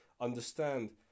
understand